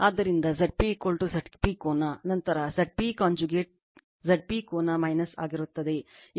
ಆದ್ದರಿಂದ Zp Zp ಕೋನ ನಂತರ Zp ಕಾಂಜುಗೇಟ್ Zp ಕೋನ ಆಗಿರುತ್ತದೆ ಇದು ಪ್ರಮಾಣ